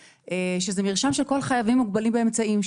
שזה מרשם של כל החייבים והמוגבלים באמצעים.